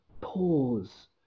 pause